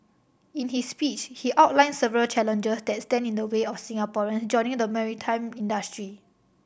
in his speech he outlined several challenges that stand in the way of Singaporeans joining the maritime industry